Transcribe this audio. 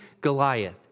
Goliath